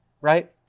right